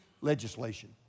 legislation